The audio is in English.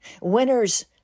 Winners